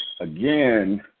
again